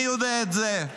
אני יודע את זה,